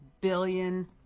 billion